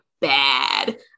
bad